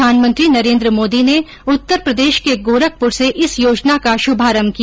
प्रधानमंत्री नरेन्द्र मोदी ने उत्तर प्रदेश के गोरखपुर से इस योजना का शुभारंभ किया